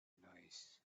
nice